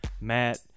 matt